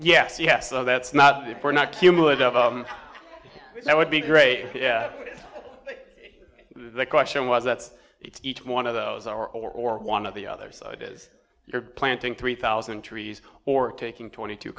yes yes so that's not if we're not cumulative that would be great yeah but the question was that's each one of those are or one of the other side is you're planting three thousand trees or taking twenty two